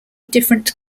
different